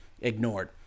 ignored